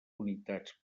unitats